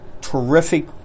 terrific